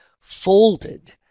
folded